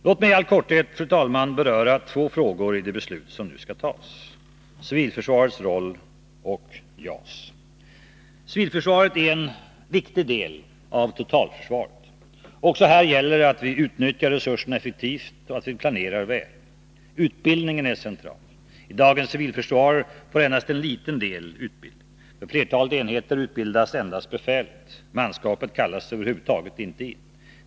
Låt mig i all korthet, fru talman, beröra två frågor i det beslut som nu skall fattas: civilförsvarets roll och JAS. Civilförsvaret är en utomordentligt viktig del av totalförsvaret. Också här gäller det att utnyttja resurserna effektivt och planera väl. Utbildningen är central. I dagens civilförsvar får endast en liten del utbildning. För flertalet enheter utbildas endast befälet. Manskapet kallas över huvud taget inte in.